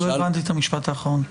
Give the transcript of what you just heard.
לא הבנתי את המשפט האחרון.